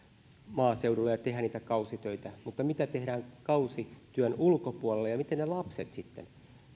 maaseudulle ja tehdä kausitöitä mutta mitä tehdään kausityön ulkopuolella ja miten ne lapset sitten